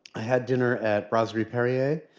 i had dinner at brasserie perrier.